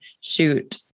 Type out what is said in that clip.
shoot